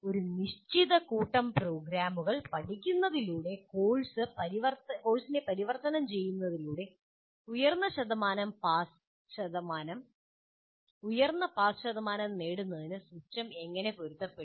ഒരു നിശ്ചിത കൂട്ടം പ്രോഗ്രാമുകൾ പഠിക്കുന്നതിലൂടെ കോഴ്സിനെ പരിവർത്തനം ചെയ്യുന്നതിലൂടെ ഉയർന്ന പാസ് ശതമാനം നേടുന്നതിന് സിസ്റ്റം എങ്ങനെയെങ്കിലും പൊരുത്തപ്പെട്ടു